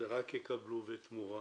רק יקבלו בתמורה